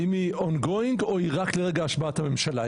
האם היא און גואינג או היא רק לרגע השבעת הממשלה?